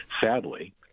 Sadly